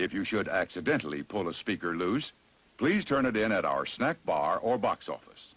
if you should accidentally pull the speaker loose fleas turn it in at our snack bar or box office